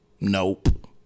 Nope